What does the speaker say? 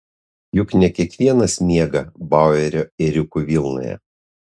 juk ne kiekvienas miega bauerio ėriukų vilnoje